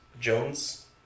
Jones